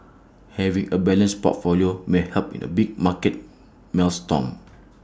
having A balanced portfolio may help in A big market maelstrom